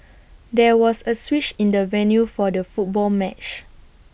there was A switch in the venue for the football match